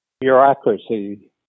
bureaucracy